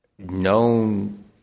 known